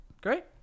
Great